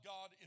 God